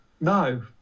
no